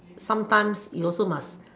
sometimes you also must